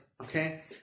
Okay